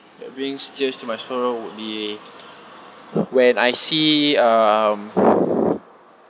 that brings tears to my sorrow would be when I see um